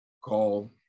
call